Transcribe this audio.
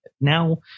now